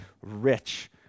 rich